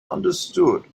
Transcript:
understood